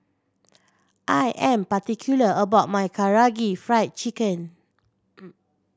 I am particular about my Karaage Fried Chicken